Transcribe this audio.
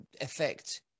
affect